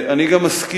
אני גם מסכים